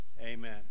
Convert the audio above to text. Amen